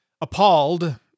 appalled